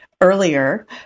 earlier